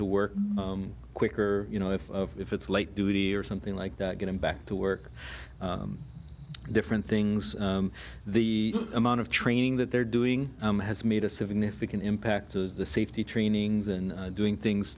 to work quicker you know if if it's light duty or something like that getting back to work different things the amount of training that they're doing has made a significant impact to the safety training in doing things